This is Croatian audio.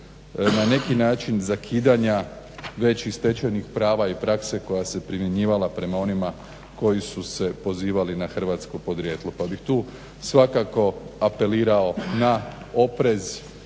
na neki način zakidanja već i stečenih prava i prakse koja se primjenjivala prema onima koji su se pozivali na hrvatsko podrijetlo. Pa bih tu svakako apelirao na oprez